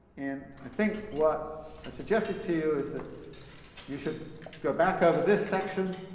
and i think what i suggested to you is that you should go back over this section